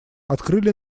открыли